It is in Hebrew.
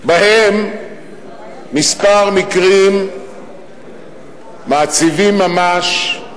בהם כמה מקרים מעציבים ממש,